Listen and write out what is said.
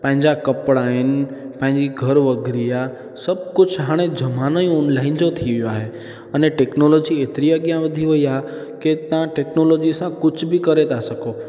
पंहिंजा कपिड़ा आहिनि पंहिंजी घर वघरी आहे सभु कुझु हाणे ज़मानो ई ऑनलाइन जो थी वियो आहे अने टेक्नोलोजी एतिरी अॻियां वधी वयी आहे के तव्हां टेक्नोलोजी सां कुझु बि करे था सघो